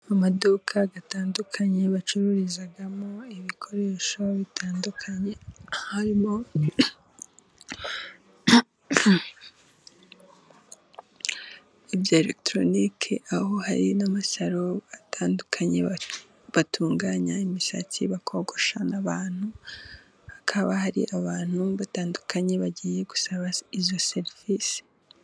Amaduka atandukanye bacururizamo ibikoresho bitandukanye harimo'ibya elegitoronike. Aho hari n'amasaro atandukanye batunganya imisatsi bakogosha n'abantu hakaba hari abantu batandukanye bagiye gusaba izo serivisi.